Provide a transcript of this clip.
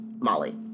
Molly